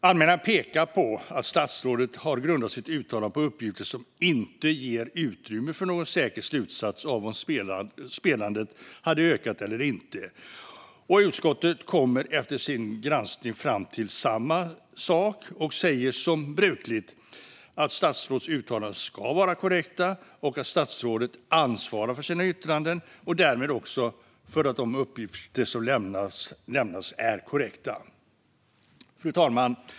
Anmälaren pekar på att statsrådet har grundat sitt uttalande på uppgifter som inte ger utrymme för någon säker slutsats om huruvida spelandet hade ökat eller inte. Utskottet kommer efter sin granskning fram till samma sak och säger som brukligt att statsråds uttalanden ska vara korrekta och att statsrådet ansvarar för sina yttranden och därmed också för att de uppgifter som lämnas är korrekta.